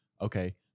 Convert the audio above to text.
okay